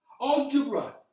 algebra